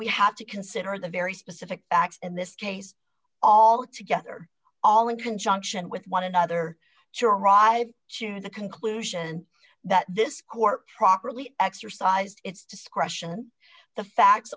we have to consider the very specific acts in this case all together all in conjunction with one another to arrive to the conclusion that this court properly exercised its discretion the facts